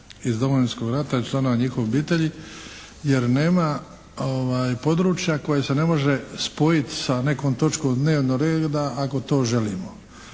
iz Domovinskog rata i članova njihovih obitelji jer nema područja koje se ne može spojiti sa nekom točkom dnevnog reda, ako to želimo.